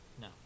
No